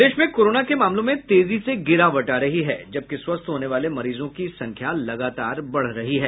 प्रदेश में कोरोना के मामलों में तेजी से गिरावट आ रही है जबकि स्वस्थ होने वाले मरीजों की संख्या लगातार बढ़ रही है